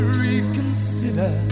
reconsider